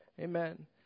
Amen